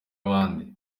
abandi